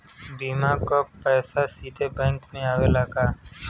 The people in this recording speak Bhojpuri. बीमा क पैसा सीधे बैंक में आवेला का?